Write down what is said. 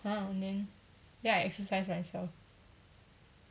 !huh! then then I exercise myself